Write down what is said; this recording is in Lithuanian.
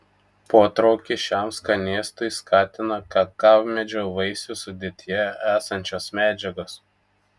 potraukį šiam skanėstui skatina kakavmedžio vaisių sudėtyje esančios medžiagos